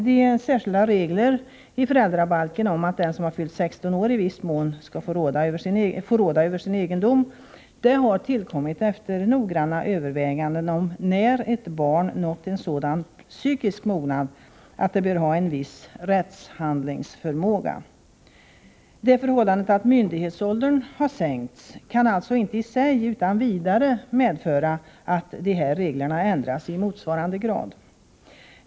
De särskilda reglerna i föräldrabalken om att den som har fyllt 16 år i viss mån skall få råda över sin egendom har tillkommit efter noggranna överväganden om när ett barn nått en sådan psykisk mognad att det bör ha en viss rättshandlingsförmåga. Det förhållandet att myndighetsåldern har sänkts kan alltså inte utan vidare medföra att de här reglerna ändras i motsvarande grad.